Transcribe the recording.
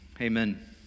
amen